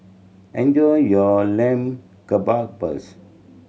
enjoy your Lamb Kebabs